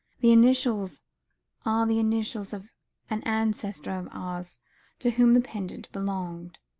the initials are the initials of an ancestor of ours to whom the pendant belonged.